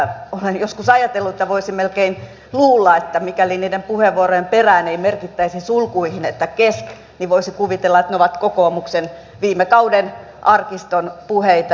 olen joskus ajatellut että voisi melkein luulla että mikäli niiden puheenvuorojen perään ei merkittäisi sulkuihin kesk niin voisi kuvitella että ne ovat kokoomuksen viime kauden arkiston puheita